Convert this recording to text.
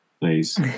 please